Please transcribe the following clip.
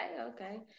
Okay